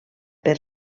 per